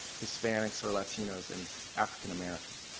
hispanics or latinos and african-americans.